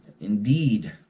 Indeed